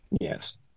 Yes